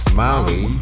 Smiley